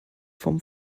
vom